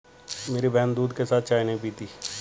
मेरी बहन दूध के साथ चाय नहीं पीती